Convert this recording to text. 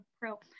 pro